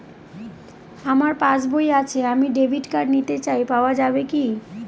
আমার পাসবই আছে আমি ডেবিট কার্ড নিতে চাই পাওয়া যাবে কি?